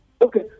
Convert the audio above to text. Okay